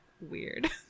weird